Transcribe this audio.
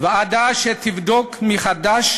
ועדה שתבדוק מחדש